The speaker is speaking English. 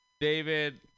David